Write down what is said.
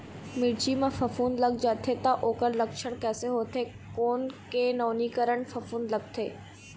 मिर्ची मा फफूंद लग जाथे ता ओकर लक्षण कैसे होथे, कोन के नवीनीकरण फफूंद लगथे?